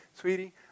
sweetie